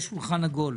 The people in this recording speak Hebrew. שולחן עגול.